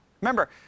Remember